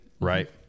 Right